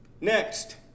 Next